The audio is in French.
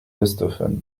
westhoffen